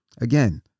again